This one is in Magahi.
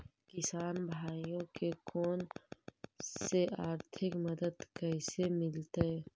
किसान भाइयोके कोन से आर्थिक मदत कैसे मीलतय?